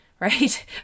right